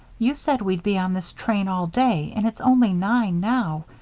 you said we'd be on this train all day, and it's only nine now.